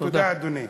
תודה, אדוני.